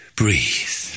breathe